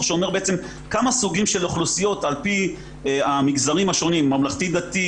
שאומר כמה סוגים של אוכלוסיות על פי המגזרים השונים ממלכתי-דתי.